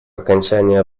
окончании